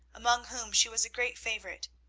among whom she was a great favourite.